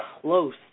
Close